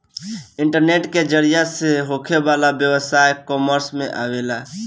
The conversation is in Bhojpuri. इंटरनेट के जरिया से होखे वाला व्यवसाय इकॉमर्स में आवेला